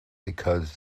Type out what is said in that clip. because